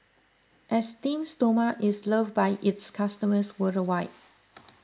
Esteem Stoma is loved by its customers worldwide